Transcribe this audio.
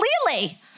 Clearly